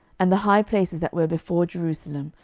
and the high places that were before jerusalem,